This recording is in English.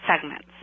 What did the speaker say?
segments